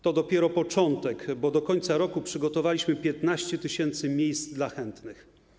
To dopiero początek, bo do końca roku przygotowaliśmy 15 tys. miejsc dla chętnych.